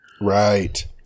Right